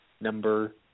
number